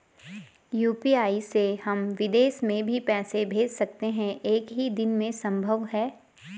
UPI से हम विदेश में भी पैसे भेज सकते हैं एक ही दिन में संभव है?